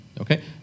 okay